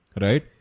right